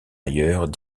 ailleurs